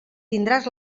tindràs